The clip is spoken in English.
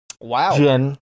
Wow